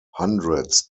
hundreds